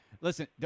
listen